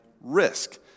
risk